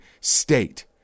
state